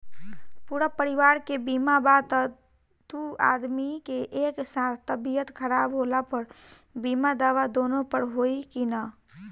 पूरा परिवार के बीमा बा त दु आदमी के एक साथ तबीयत खराब होला पर बीमा दावा दोनों पर होई की न?